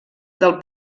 del